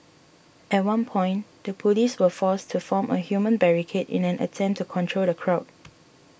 at one point the police were forced to form a human barricade in an attempt to control the crowd